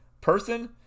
person